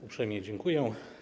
Uprzejmie dziękuję.